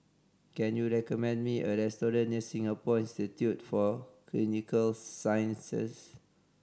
can you recommend me a restaurant near Singapore Institute for Clinical Sciences